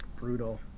Brutal